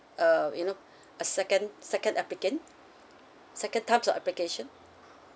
uh you know a second second applicant second times of applications